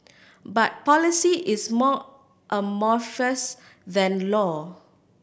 but policy is more amorphous than law